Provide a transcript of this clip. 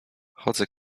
chodzę